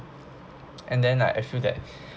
and then like I feel that